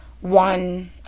one